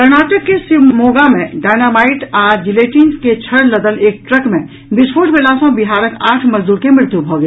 कर्नाटक के शिवमोगा मे डायनामाईट आ जिलेटिन के छड़ लदल एक ट्रक मे विस्फोट भेला सँ बिहारक आठ मजदूर के मृत्यु भऽ गेल